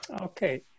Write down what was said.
okay